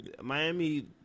Miami